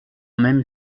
même